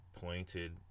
pointed